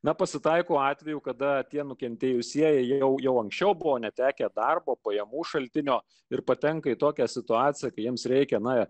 na pasitaiko atvejų kada tie nukentėjusieji jau anksčiau buvo netekę darbo pajamų šaltinio ir patenka į tokią situaciją kai jiems reikia norint